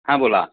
हां बोला